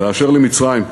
ואשר למצרים,